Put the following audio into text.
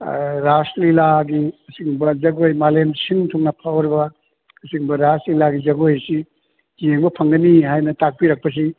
ꯔꯥꯁ ꯂꯤꯂꯥꯒꯤ ꯑꯁꯤꯒꯨꯝꯕ ꯖꯒꯣꯏ ꯃꯥꯂꯦꯝ ꯁꯤꯟ ꯊꯨꯡꯅ ꯐꯥꯎꯔꯕ ꯑꯁꯤꯒꯨꯝꯕ ꯔꯥꯁ ꯂꯤꯂꯥꯒꯤ ꯖꯒꯣꯏ ꯑꯁꯤ ꯌꯦꯡꯕ ꯐꯪꯒꯅꯤ ꯍꯥꯏꯅ ꯇꯥꯛꯄꯤꯔꯛꯄꯁꯤ